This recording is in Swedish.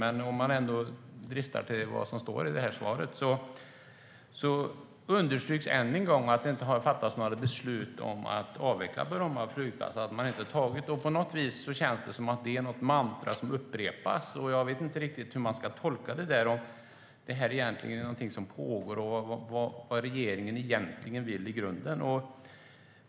Men i svaret understryks än en gång att det inte har fattats några beslut om att avveckla Bromma flygplats. På något vis känns det som ett mantra som upprepas. Jag vet inte riktigt hur man ska tolka det, om det egentligen är någonting som pågår, och vet inte vad regeringen vill i grunden.